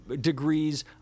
degrees